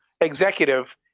executive